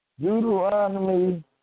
Deuteronomy